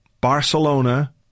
Barcelona